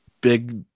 big